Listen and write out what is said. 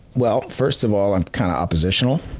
well, first of all i'm kind of oppositional.